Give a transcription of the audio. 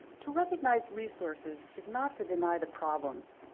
to recognize resources is not to deny the problems,